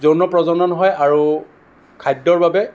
যৌন প্ৰজনন হয় আৰু খাদ্য়ৰ বাবে